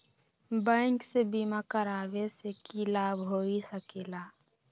Bank से बिमा करावे से की लाभ होई सकेला?